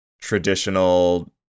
traditional